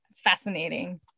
fascinating